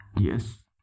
Yes